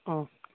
অঁ